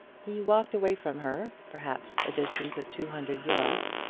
he walked away from her, perhaps a distance of two hundred yards,